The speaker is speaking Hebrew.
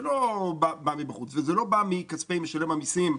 זה לא בא מבחוץ וזה לא בא מכספי משלם המיסים.